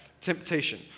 temptation